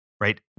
right